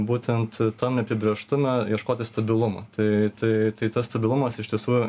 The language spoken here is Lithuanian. būtent tam neapibrėžtume ieškoti stabilumo tai tai tai tas stabilumas iš tiesų